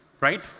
right